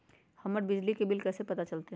हमर बिजली के बिल कैसे पता चलतै?